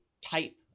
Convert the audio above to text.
type